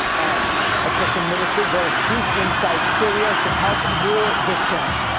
and. a christian ministry goes deep inside syria to help war victims.